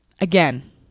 again